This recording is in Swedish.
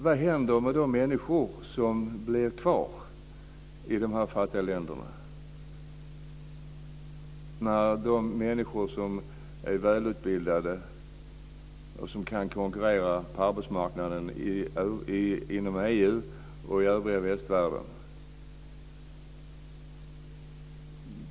Vad händer med de människor som blir kvar i de fattiga länderna utan de människor som är välutbildade och som kan konkurrera på arbetsmarknaden inom EU och i övriga västvärlden?